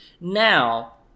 Now